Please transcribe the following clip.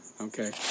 Okay